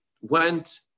went